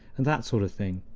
and that sort of thing.